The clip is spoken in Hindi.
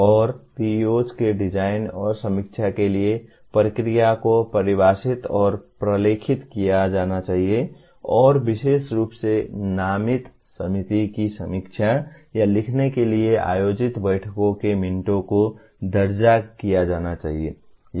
और PEOs के डिजाइन और समीक्षा के लिए प्रक्रिया को परिभाषित और प्रलेखित किया जाना चाहिए और विशेष रूप से नामित समिति की समीक्षा या लिखने के लिए आयोजित बैठकों के मिनटों को दर्ज किया जाना चाहिए